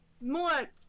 More